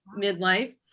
midlife